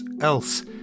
else